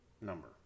number